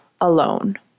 alone